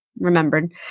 remembered